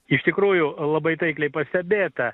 iš tikrųjų labai taikliai pastebėta